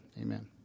Amen